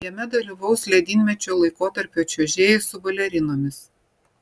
jame dalyvaus ledynmečio laikotarpio čiuožėjai su balerinomis